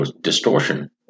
distortion